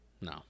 No